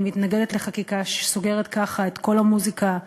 אני מתנגדת לחקיקה שסוגרת ככה את "קול המוזיקה",